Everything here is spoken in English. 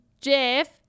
Jeff